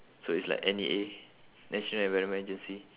so it's like N_E_A national environment agency